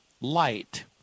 light